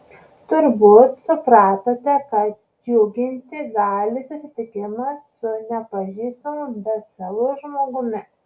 turbūt supratote kad džiuginti gali susitikimas su nepažįstamu bet savu žmogumi